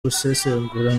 gusesengura